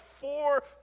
four